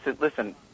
listen